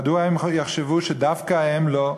מדוע הם יחשבו שדווקא הם לא?